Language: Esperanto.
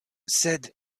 sed